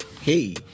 hey